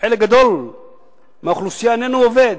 חלק גדול מהאוכלוסייה איננו עובד,